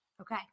okay